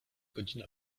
godzina